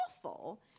awful